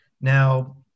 Now